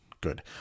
good